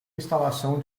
instalação